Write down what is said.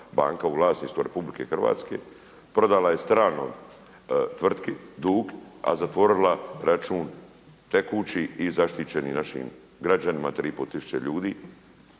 banka u vlasništvu RH prodala je stranoj tvrtki dug, a zatvorila račun tekući i zaštićeni našim građanima 3 i pol tisuće ljudi